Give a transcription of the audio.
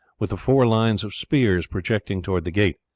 with the four lines of spears projecting towards the gate.